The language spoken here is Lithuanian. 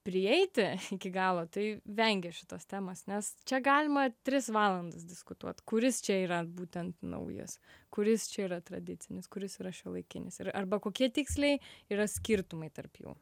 prieiti iki galo tai vengia šitos temos nes čia galima tris valandas diskutuot kuris čia yra būtent naujas kuris čia yra tradicinis kuris yra šiuolaikinis ir arba kokie tiksliai yra skirtumai tarp jų